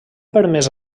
permès